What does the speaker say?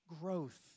growth